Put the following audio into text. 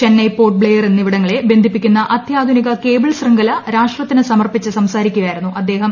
ചെന്നൈ പോർട്ട് ബ്ലയർ എന്നിവിടങ്ങളെ ബന്ധിപ്പിക്കുന്ന അത്യാധുനിക കേബിൾ ശൃംഖല രാഷ്ട്രത്തിന് സമർ പ്പിച്ച് സംസാരിക്കുകയായിരുന്നു അദ്ദേഹം